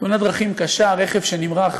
תאונת דרכים קשה, רכב שנמרח